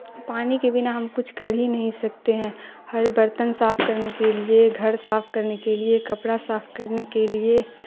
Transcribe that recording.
پانی کے بنا ہم کچھ کر ہی نہیں سکتے ہیں ہر برتن صاف کرنے کے لیے گھر صاف کرنے کے لیے کپڑا صاف کرنے کے لیے